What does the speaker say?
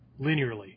linearly